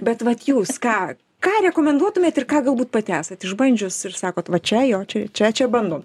bet vat jūs ką ką rekomenduotumėt ir ką galbūt pati esat išbandžius ir sakot va čia jo čia čia čia bandom